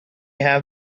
have